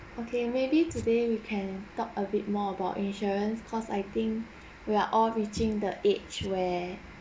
okay maybe today we can talk a bit more about insurance cause I think we're all reaching the age where